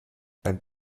ein